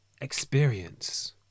experience